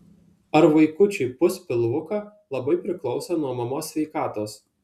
ar vaikučiui pūs pilvuką labai priklauso nuo mamos sveikatos